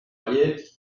allier